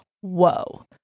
Whoa